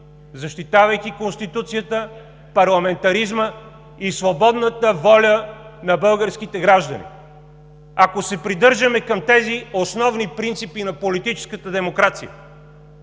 защитавайки Конституцията, парламентаризма и свободната воля на българските граждани. Ако се придържаме към тези основни принципи на политическата демокрация,